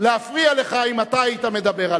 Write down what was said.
להפריע לך אם אתה היית מדבר.